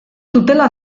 dutela